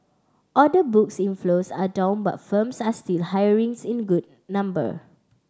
order books inflows are down but firms are still hirings in good number